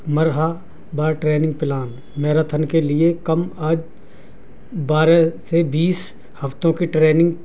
مرحلہ وار training plan marathon کے لیے کم آج بارہ سے بیس ہفتوں کی ٹریننگ